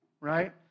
right